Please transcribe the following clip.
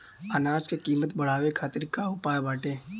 अनाज क कीमत बढ़ावे खातिर का उपाय बाटे?